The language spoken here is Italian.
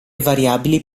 variabili